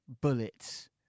bullets